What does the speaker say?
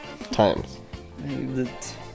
times